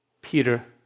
Peter